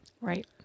Right